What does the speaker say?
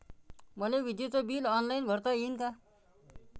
मले विजेच bill online भरता येईन का?